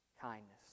Kindness